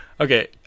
Okay